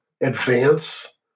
advance